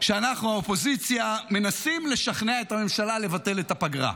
שאנחנו האופוזיציה מנסים לשכנע את הממשלה לבטל את הפגרה.